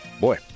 boy